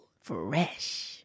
Fresh